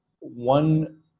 one